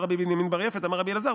אמר רבי בנימין בר יפת אמר רבי אלעזר: